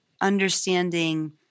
understanding